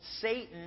Satan